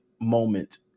moment